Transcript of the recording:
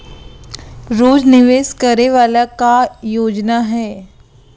रोज निवेश करे वाला का योजना हे?